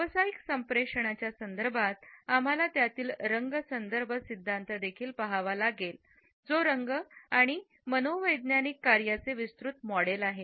व्यावसायिक संप्रेषणाच्या संदर्भात आम्हाला त्यातील रंग संदर्भ सिद्धांत देखील पहावा लागेल जो रंग आणि मनोवैज्ञानिक कार्याचे विस्तृत मॉडेल आहे